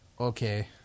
Okay